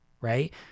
right